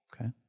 Okay